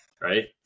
right